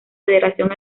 federación